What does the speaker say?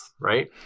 right